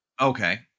Okay